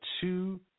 two